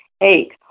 Eight